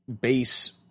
base –